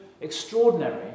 extraordinary